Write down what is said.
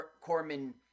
Corman